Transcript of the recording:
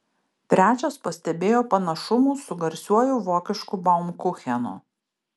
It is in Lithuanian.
trečias pastebėjo panašumų su garsiuoju vokišku baumkuchenu